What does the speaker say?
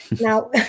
Now